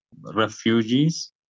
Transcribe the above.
refugees